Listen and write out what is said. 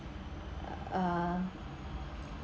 uh